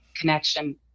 connection